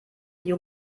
die